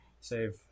save